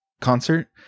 concert